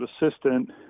assistant